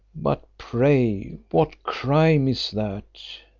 but pray what crime is that?